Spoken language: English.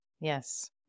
Yes